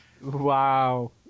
wow